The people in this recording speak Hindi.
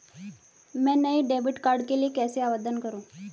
मैं नए डेबिट कार्ड के लिए कैसे आवेदन करूं?